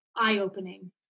eye-opening